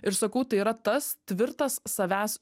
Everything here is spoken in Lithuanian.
ir sakau tai yra tas tvirtas savęs